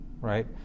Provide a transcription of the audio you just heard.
right